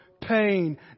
pain